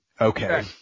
okay